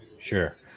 Sure